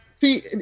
see